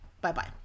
Bye-bye